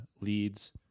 leads